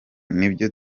nibyo